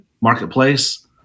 marketplace